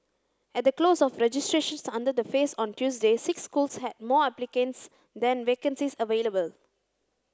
at the close of registrations under the phase on Tuesday six schools had more applicants than vacancies available